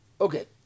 Okay